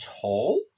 tall